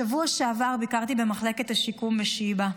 בשבוע שעבר ביקרתי במחלקת השיקום בשיבא,